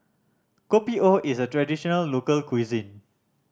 Kopi O is a traditional local cuisine